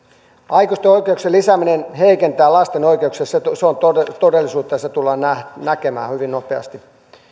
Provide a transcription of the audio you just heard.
aikuisten oikeuksien lisääminen heikentää lasten oikeuksia se on todellisuutta ja se tullaan näkemään hyvin nopeasti